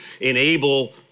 enable